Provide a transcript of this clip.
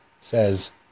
says